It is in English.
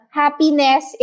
happiness